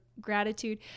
gratitude